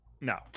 No